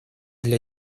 для